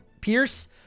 Pierce